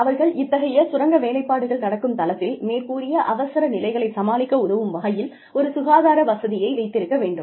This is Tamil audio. அவர்கள் இத்தகைய சுரங்க வேலைப்பாடுகள் நடக்கும் தளத்தில் மேற்கூறிய அவசர நிலைகளைச் சமாளிக்க உதவும் வகையில் ஒரு சுகாதார வசதியை வைத்திருக்க வேண்டும்